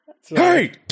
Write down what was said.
Hey